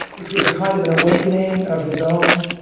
which was a kind of an awakening of his own,